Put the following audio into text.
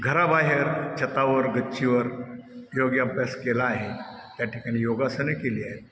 घराबाहेर छतावर गच्चीवर योग अभ्यास केला आहे त्या ठिकाणी योगासने केली आहेत